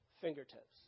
fingertips